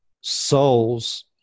souls